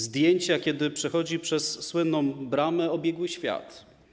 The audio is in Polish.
Zdjęcia, kiedy przechodzi przez słynną bramę, obiegły świat.